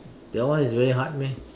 that one is very hard meh